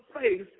face